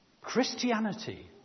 Christianity